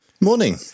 Morning